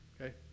okay